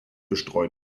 bestreut